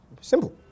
Simple